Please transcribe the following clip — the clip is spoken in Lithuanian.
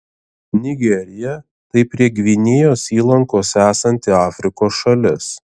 nigerija tai prie gvinėjos įlankos esanti afrikos šalis